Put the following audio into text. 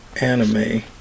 anime